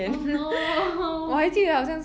oh no